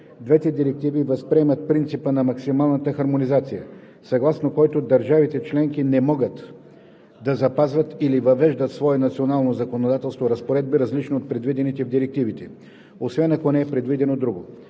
Двете директиви възприемат принципа на максималната хармонизация, съгласно който държавите членки не могат да запазват или въвеждат в своето национално законодателство разпоредби, различни от предвидените в директивите, освен ако не е предвидено друго.